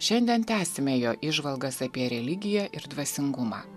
šiandien tęsiame jo įžvalgas apie religiją ir dvasingumą